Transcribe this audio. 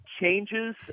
changes